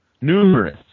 Numerous